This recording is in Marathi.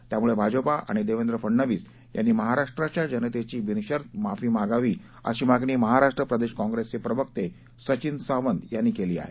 त्यामुळे भाजपा आणि देवेंद्र फडनवीस यांनी महाराष्ट्राच्या जनतेची बिनशर्त माफी मागावी अशी मागणी महाराष्ट्र प्रदेश काँग्रेसचे प्रवक्ते सचिन सावंत यांनी केली आहे